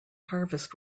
harvest